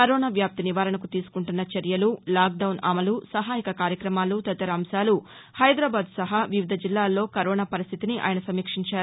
corona వ్యాప్తి నివారణకు తీసుకుంటున్న చర్యలు లాక్డౌన్ అమలు సహాయక కార్యక్రమాలు తదితర అంశాలు హైదరాబాద్ సహా వివిధ జిల్లాల్లో కరోనా పరిస్థితిని ఆయన సమీక్షించారు